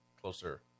Closer